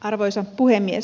arvoisa puhemies